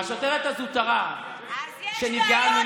אז יש בעיות.